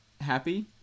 happy